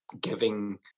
giving